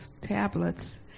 tablets